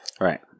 Right